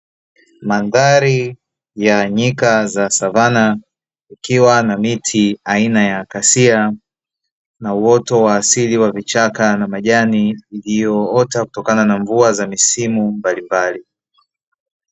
Mandhari ya nyika za savana ikiwa na miti aina ya kasia na uoto wa asili wa vichaka na majani iliyoota kutokana na mvua za misimu mbalimbali.